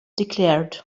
declared